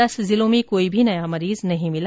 दस जिलों में कोई भी नया मरीज नहीं मिला